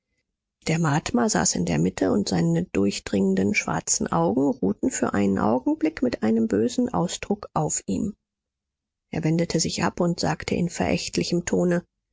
der mahatma saß in der mitte und seine durchdringenden schwarzen augen ruhten für einen augenblick mit einem bösen ausdruck auf ihm er wendete sich ab und sagte in verächtlichem tone